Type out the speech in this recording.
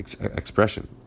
expression